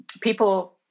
people